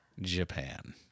Japan